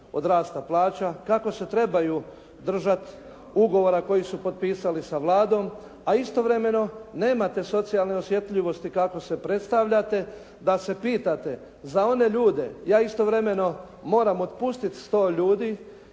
od rasta plaća, kako se trebaju držati ugovora koji su potpisali sa Vladom a istovremeno nema te socijalne osjetljivosti kako se predstavljate da se pitate za one ljude, ja istovremeno moram otpustiti 100 ljudi